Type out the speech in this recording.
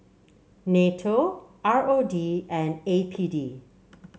NATO R O D and A P D